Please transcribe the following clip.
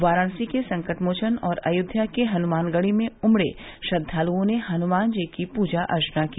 वाराणसी के संकटमोचन और अयोध्या के हनुमानगढ़ी में उमड़े श्रद्वालुओं ने हनुमान जी की पूजा अर्चना की